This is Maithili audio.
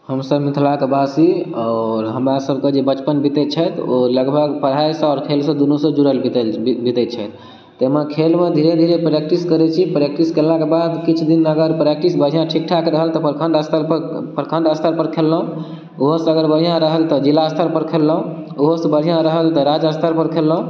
हमसब मिथिलाके बासी आओर हमरा सबके जे बचपन बीतै छै ओ लगभग पढाइ सऽ आओर खेल सऽ दुनू सऽ जुड़ल बीतल बीतै छै ताहिमे खेलमे धीरे धीरे प्रैक्टिस करै छी प्रैक्टिस केलाक बाद किछु दिन अगर प्रैक्टिस बढिऑं ठीकठाक रहल तऽ प्रखंड स्तर पर प्रखंड स्तर पर खेललहुॅं ओहो सऽ अगर बढिऑं रहल तऽ जिला स्तर पर खेललहुॅं ओहो सऽ बढ़िऑं रहल तऽ राज्य स्तर पर खेललहुॅं